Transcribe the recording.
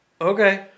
Okay